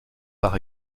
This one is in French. par